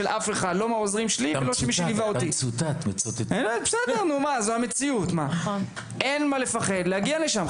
בלי אישור של אף אחד ובלי תיאום מול הכנסת ואין מה לפחד להגיע לשם.